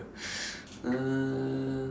uh